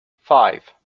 five